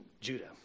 Judah